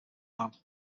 man